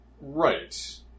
Right